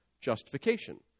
justification